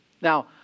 Now